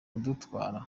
kudutwara